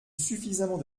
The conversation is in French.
suffisamment